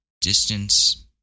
distance